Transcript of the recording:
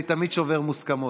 אני תמיד שובר מוסכמות,